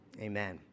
Amen